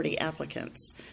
applicants